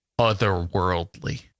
otherworldly